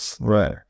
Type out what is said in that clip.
Right